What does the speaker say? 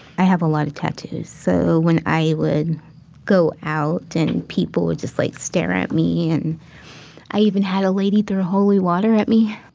i have a lot of tattoos. so when i would go out and people would just like stare at me, and i even had a lady through holy water at me